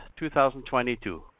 2022